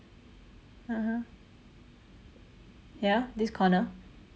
(uh huh) ya this corner